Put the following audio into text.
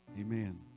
Amen